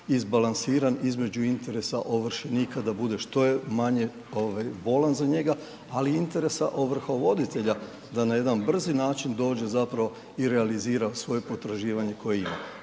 izbalansiran između interesa ovršenika, da bude što je manje ovaj bolan za njega, ali i interesa ovrhovoditelja da na jedan brzi način dođe zapravo i realizira zapravo svoje potraživanje koje ima.